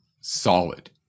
solid